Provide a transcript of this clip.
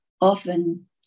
often